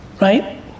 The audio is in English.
Right